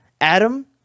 Adam